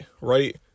right